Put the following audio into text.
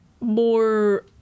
more